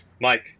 Mike